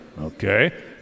okay